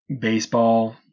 baseball